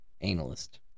Analyst